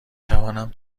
توانم